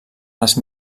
les